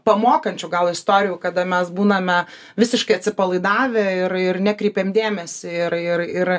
pamokančių istorijų kada mes būname visiškai atsipalaidavę ir ir nekreipiam dėmesio ir ir ir